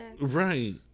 right